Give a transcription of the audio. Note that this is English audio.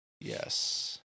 Yes